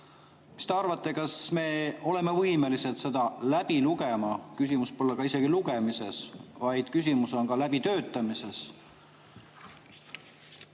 Mis te arvate, kas me oleme võimelised selle kõik läbi lugema? Küsimus pole isegi lugemises, vaid küsimus on ka läbitöötamises.